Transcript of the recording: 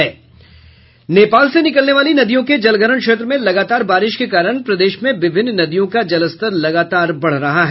नेपाल से निकलने वाली नदियों के जलग्रहण क्षेत्र में लगातार बारिश के कारण प्रदेश में विभिन्न नदियों का जलस्तर लगातार बढ़ रहा है